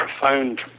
profound